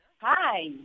Hi